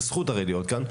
זוהי זכות, הרי, להיות כאן.